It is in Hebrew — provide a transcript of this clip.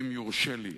אם יורשה לי.